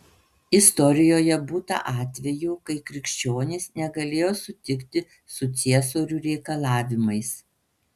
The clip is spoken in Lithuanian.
istorijoje būta atvejų kai krikščionys negalėjo sutikti su ciesorių reikalavimais